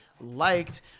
liked